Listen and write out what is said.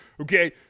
Okay